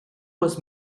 was